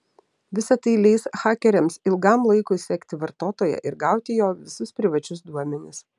visa tai leis hakeriams ilgam laikui sekti vartotoją ir gauti jo visus privačius duomenis